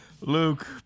Luke